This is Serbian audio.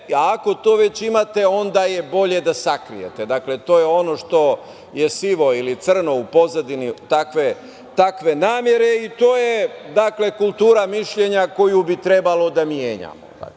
ako to već imate, onda je bolje da sakrijete. Dakle, to je ono što je sivo ili crno u pozadini takve namere i to je kultura mišljenja koju bi trebalo da menjamo.